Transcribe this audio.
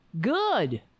Good